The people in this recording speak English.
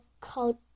called